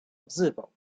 wzywał